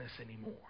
anymore